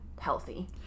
healthy